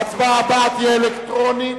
ההצבעה הבאה תהיה אלקטרונית,